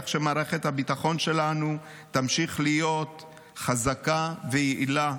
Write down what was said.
שמערכת הביטחון שלנו תמשיך להיות חזקה ויעילה.